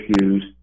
issues